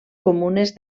comunes